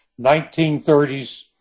1930s